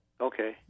okay